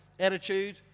Attitude